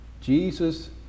Jesus